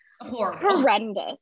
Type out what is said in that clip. horrendous